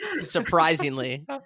surprisingly